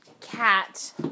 cat